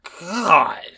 God